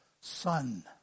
Son